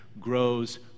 grows